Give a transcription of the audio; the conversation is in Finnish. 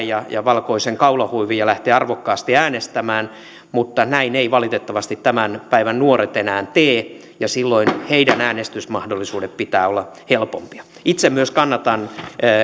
ja ja valkoisen kaulahuivin ja lähteä arvokkaasti äänestämään mutta näin eivät valitettavasti tämän päivän nuoret enää tee ja silloin heidän äänestysmahdollisuuksiensa pitää olla helpompia itse myös kannatan